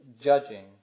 judging